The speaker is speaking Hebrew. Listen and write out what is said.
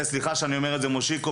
מושיקו,